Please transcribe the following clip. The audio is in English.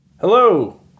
Hello